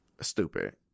Stupid